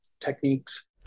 techniques